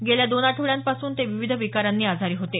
गेल्या दोन आठवड्यांपासून ते विविध विकारांनी आजारी होते